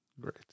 Great